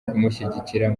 kumushyigikira